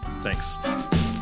Thanks